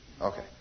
Okay